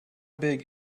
big